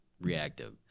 reactive